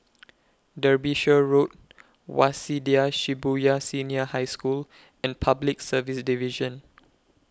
Derbyshire Road Waseda Shibuya Senior High School and Public Service Division